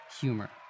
humor